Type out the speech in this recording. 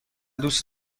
دوست